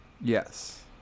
Yes